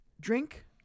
Drink